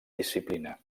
disciplina